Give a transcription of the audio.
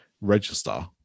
Register